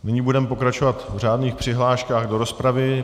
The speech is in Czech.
Nyní budeme pokračovat v řádných přihláškách do rozpravy.